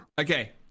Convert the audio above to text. Okay